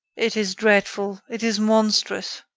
it is dreadful it is monstrous.